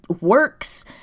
works